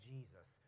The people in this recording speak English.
Jesus